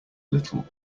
little